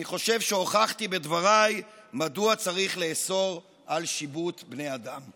אני חושב שהוכחתי בדבריי מדוע צריך לאסור שיבוט בני אדם.